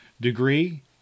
degree